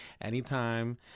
anytime